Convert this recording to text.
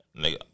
Nigga